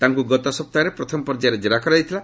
ତାଙ୍କ ଗତ ସପ୍ତାହରେ ପ୍ରଥମ ପର୍ଯ୍ୟାୟରେ ଜେରା କରାଯାଇଥିଲା